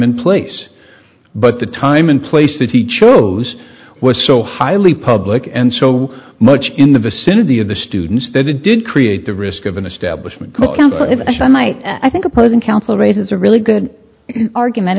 and place but the time and place that he chose was so highly public and so much in the vicinity of the students that it did create the risk of an establishment if i might i think opposing counsel raises a really good argument